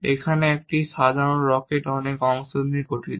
এখানে একটি সাধারণ রকেট অনেক অংশ নিয়ে গঠিত